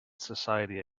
society